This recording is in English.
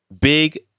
Big